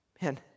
Man